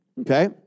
Okay